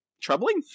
troubling